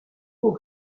haut